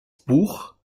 buch